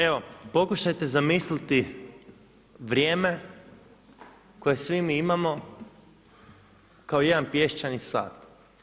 Evo, pokušajte zamisliti vrijeme koje svi mi imamo kao jedan pješčani sat.